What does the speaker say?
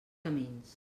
camins